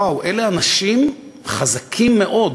וואו, אלה אנשים חזקים מאוד,